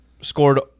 scored